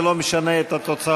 זה לא משנה את התוצאה.